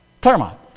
Claremont